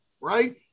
right